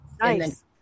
Nice